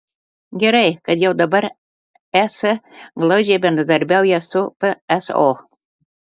gerai kad jau dabar es glaudžiai bendradarbiauja su pso